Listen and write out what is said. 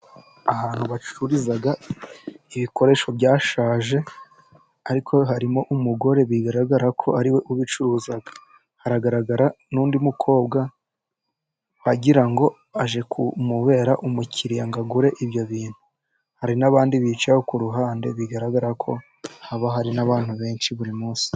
Ahantu bacururiza ibikoresho byashaje, ariko harimo umugore bigaragara ko ariwe ubicuruza, haragaragara n'undi mukobwa, wagira ngo aje kumubera umukiriya ngo agure ibyo bintu, hari n'abandi bicaye ku ruhande, bigaragara ko haba hari n'abantu benshi buri munsi.